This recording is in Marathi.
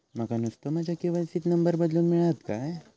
माका नुस्तो माझ्या के.वाय.सी त नंबर बदलून मिलात काय?